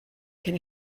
cyn